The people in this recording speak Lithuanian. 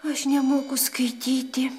aš nemoku skaityti